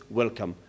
welcome